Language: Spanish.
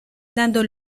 dando